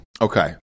Okay